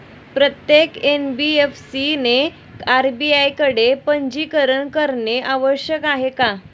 प्रत्येक एन.बी.एफ.सी ने आर.बी.आय कडे पंजीकरण करणे आवश्यक आहे का?